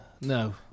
no